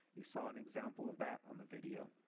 you saw an example of that on the video.